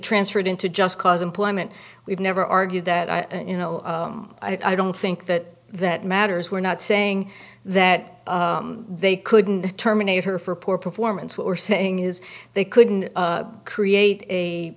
transferred into just cause employment we've never argued that you know i don't think that that matters we're not saying that they couldn't terminate her for poor performance what we're saying is they couldn't create